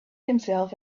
himself